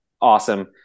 Awesome